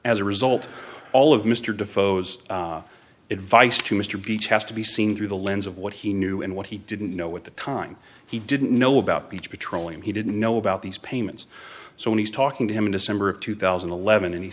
as a result all of mr defoe's advice to mr beach has to be seen through the lens of what he knew and what he didn't know at the time he didn't know about beach petroleum he didn't know about these payments so when he's talking to him in december of two thousand and eleven and he